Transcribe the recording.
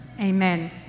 amen